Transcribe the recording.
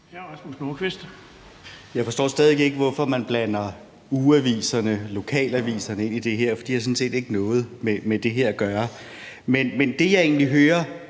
Jeg forstår stadig væk ikke, hvorfor man blander ugeaviserne, lokalaviserne, ind i det her, for de har sådan set ikke noget med det her at gøre. Men det, jeg egentlig hører